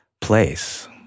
place